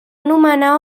nomenar